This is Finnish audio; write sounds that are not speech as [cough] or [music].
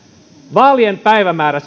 vaalien päivämäärä [unintelligible]